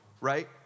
right